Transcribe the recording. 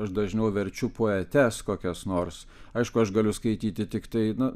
aš dažniau verčiu poetes kokias nors aišku aš galiu skaityti tiktai na